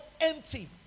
empty